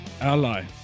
ally